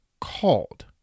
called